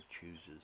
chooses